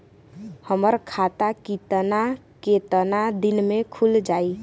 हमर खाता कितना केतना दिन में खुल जाई?